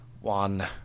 one